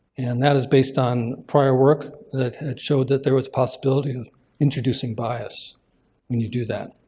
and that is based on prior work that showed that there was possibility of introducing bias when you do that.